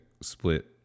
split